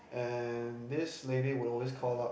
and this lady would always call up